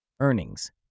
Earnings